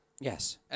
Yes